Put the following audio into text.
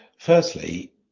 Firstly